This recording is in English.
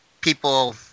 people